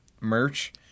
merch